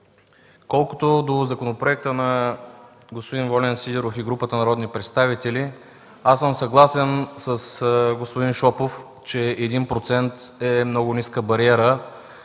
Колкото до законопроекта на господин Волен Сидеров и групата народни представители аз съм съгласен с господин Шопов, че 1% е много ниска бариера.